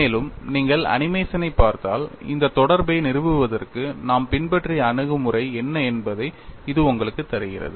மேலும் நீங்கள் அனிமேஷனைப் பார்த்தால் இந்த தொடர்பை நிறுவுவதற்கு நாம் பின்பற்றிய அணுகுமுறை என்ன என்பதை இது உங்களுக்குத் தருகிறது